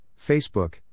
Facebook